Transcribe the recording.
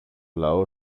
λαό